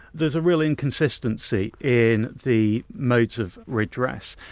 there's a real inconsistency in the modes of redress.